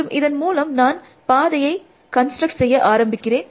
மற்றும் இதன் மூலம் நான் பாதையை கான்ஸ்ட்ரக்ட் செய்ய ஆரம்பிக்கிறேன்